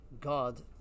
God